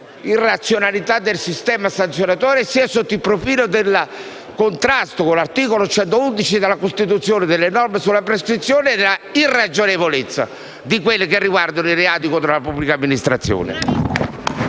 irrazionalità del sistema sanzionatorio, sia sotto il profilo del contrasto con l'articolo 111 della Costituzione, delle norme sulla prescrizione e l'irragionevolezza di quelle che riguardano i reati contro la pubblica amministrazione.